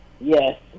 Yes